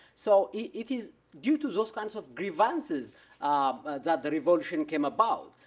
so it is due to those kinds of grievances that the revolution came about.